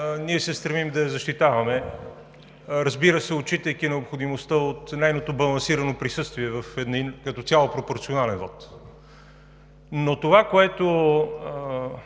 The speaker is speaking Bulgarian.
ние се стремим да я защитаваме, отчитайки необходимостта от нейното балансирано присъствие в един като цяло пропорционален вот. Това, което